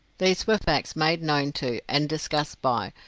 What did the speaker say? these were facts made known to, and discussed by,